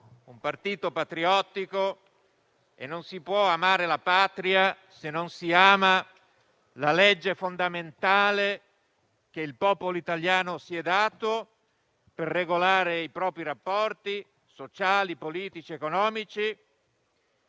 un partito patriottico e non si può amare la Patria se non si ama la legge fondamentale che il popolo italiano si è dato per regolare i propri rapporti sociali, politici, economici